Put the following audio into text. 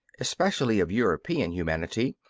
especially of european humanity,